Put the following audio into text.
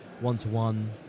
one-to-one